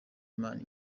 imana